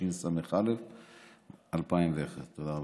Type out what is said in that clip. תשס"א 2001. תודה רבה.